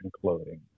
clothing